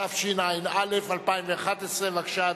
התשע"א 2011. בבקשה,